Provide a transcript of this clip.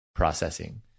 Processing